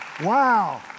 Wow